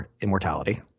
immortality